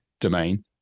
domain